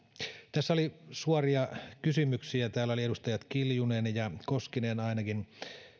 tässä oli suoria kysymyksiä täällä ainakin edustajat kiljunen ja koskinen